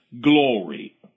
glory